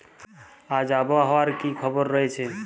আজ আবহাওয়ার কি খবর রয়েছে?